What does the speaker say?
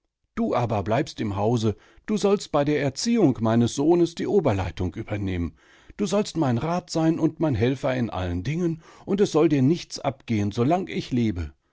du aber bleibst im hause du sollst bei der erziehung meines sohnes die oberleitung übernehmen du sollst mein rat sein und mein helfer in allen dingen und es soll dir nichts abgehen so lang ich lebe